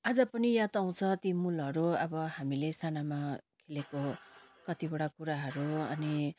आज पनि याद आउँछ ती मूलहरू अब हामीले सानामा लिएको कतिवटा कुराहरू अनि